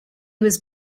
was